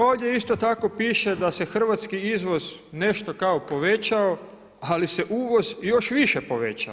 Ovdje isto tako piše da se hrvatski izvoz nešto kao povećao ali se uvoz još više povećao.